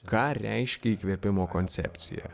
ką reiškia įkvėpimo koncepcija